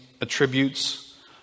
attributes